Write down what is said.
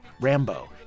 Rambo